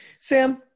Sam